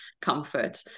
comfort